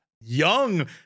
Young